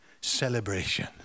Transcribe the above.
celebration